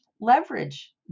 leverage